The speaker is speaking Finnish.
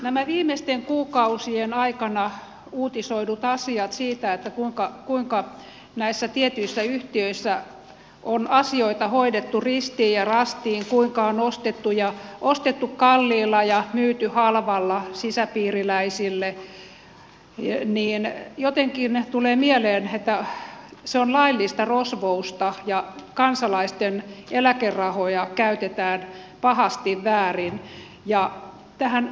nämä viimeisten kuukausien aikana uutisoidut asiat siitä kuinka näissä tietyissä yhtiöissä on asioita hoidettu ristiin ja rastiin kuinka on ostettu kalliilla ja myyty halvalla sisäpiiriläisille jotenkin tulee mieleen että se on laillista rosvousta ja kansalaisten eläkerahoja käytetään pahasti väärin